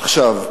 עכשיו,